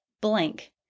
blank